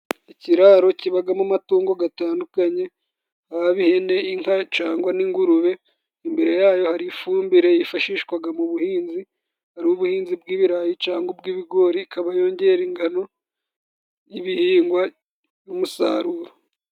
Ikiraro kibagamo amatungo gatandukanye, yaba ihene, inka cangwa n'ingurube, imbere yayo hari ifumbire yifashishwaga mu buhinzi, ari ubuhinzi bw'ibirayi cangwa ubw'ibigori, ikaba yongera ingano y'ibihingwa n'umusaruro.